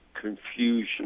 confusion